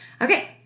Okay